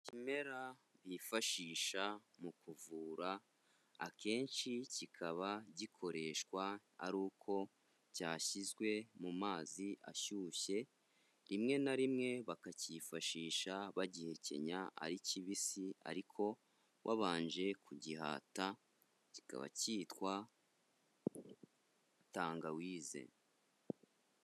Ikimera bifashisha mu kuvura, akenshi kikaba gikoreshwa ari uko cyashyizwe mu mazi ashyushye, rimwe na rimwe bakacyifashisha bagihekenya ari kibisi ariko wabanje kugihata, kikaba cyitwa tangawize.